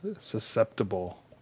Susceptible